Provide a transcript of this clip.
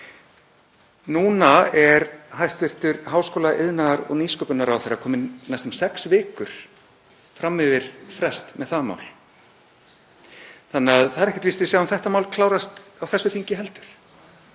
Nú er hæstv. háskóla-, iðnaðar- og nýsköpunarráðherra kominn næstum sex vikur fram yfir frest með það mál þannig að það er ekkert víst að við sjáum það mál klárast á þessu þingi heldur.